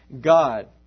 God